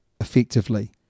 effectively